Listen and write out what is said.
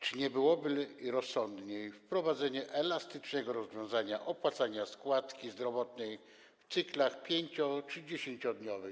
Czy nie byłoby rozsądniejsze wprowadzenie elastycznego rozwiązania - opłacania składki zdrowotnej w cyklach 5- czy 10-dniowych?